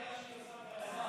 העבודה היחידה שהיא עושה בעצמה.